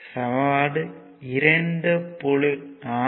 சமன்பாடு 2